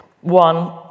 one